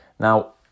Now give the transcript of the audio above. Now